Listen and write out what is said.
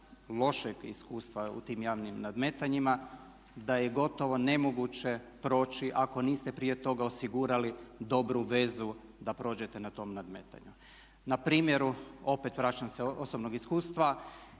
lošeg iskustva u tim javnim nadmetanjima da je gotovo nemoguće proći ako niste prije toga osigurali dobru vezu da prođete na tom nadmetanju. Na primjeru, opet vraćam se osobnom iskustvu,